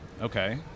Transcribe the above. Okay